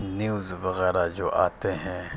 news وغیرہ جو آتے ہیں